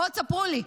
בואו תספרו לי.